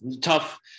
tough